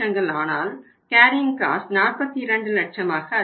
ஆனால் carrying cost 42 லட்சமாக அதிகரிக்கும்